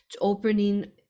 opening